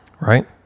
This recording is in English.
right